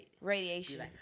radiation